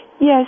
Yes